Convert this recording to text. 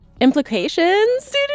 Implications